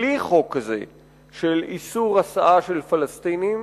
בלי חוק זה של איסור הסעה של פלסטינים,